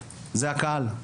זה הקהל.